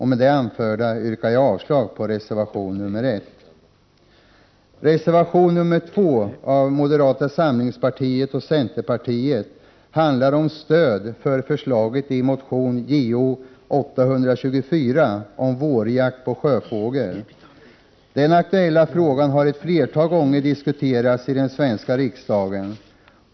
Med det anförda yrkar jag avslag på reservation nr 1. Den aktuella frågan har ett flertal gånger diskuterats i den svenska riksdagen.